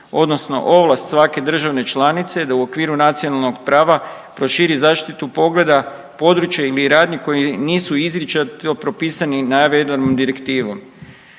odnosno ovlast svake države članice da u okviru nacionalnog prava proširi zaštitu pogleda, područja ili radnje koje nisu izričito propisani navedenom direktivom.